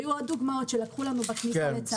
היו עוד דוגמאות שלקחו לנו בכניסה לצערי.